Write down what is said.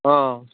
অ'